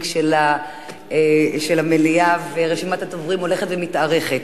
של המליאה ורשימת הדוברים הולכת ומתארכת.